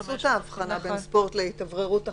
כי עשו את ההבחנה בין ספורט להתאווררות אחרת.